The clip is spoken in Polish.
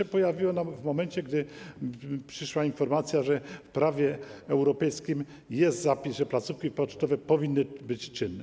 One pojawiły się w momencie, gdy przyszła informacja, że w prawie europejskim jest zapis, iż placówki pocztowe powinny być czynne.